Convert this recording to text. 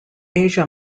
asia